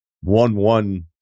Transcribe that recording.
one-one